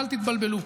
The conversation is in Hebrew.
אל תתבלבלו.